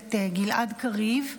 הכנסת גלעד קריב,